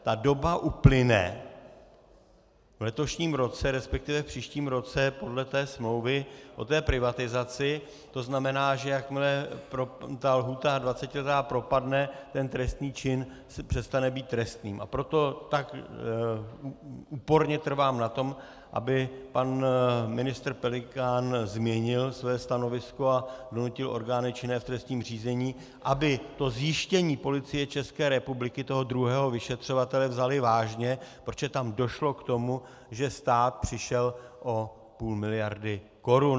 Ta doba uplyne v letošním roce, resp. v příštím roce podle smlouvy o privatizaci, to znamená, že jakmile ta 20letá lhůta propadne, trestný čin přestane být trestným, a proto tak úporně trvám na tom, aby pan ministr Pelikán změnil své stanovisko a donutil orgány činné v trestním řízení, aby to zjištění Policie ČR, toho druhého vyšetřovatele, vzali vážně, protože tam došlo k tomu, že stát přišel o půl miliardy korun.